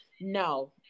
No